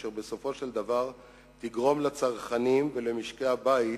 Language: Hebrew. אשר בסופו של דבר תגרום לצרכנים ולמשקי הבית